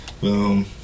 boom